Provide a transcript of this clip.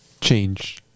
Change